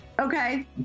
okay